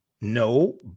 No